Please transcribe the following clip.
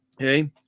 Okay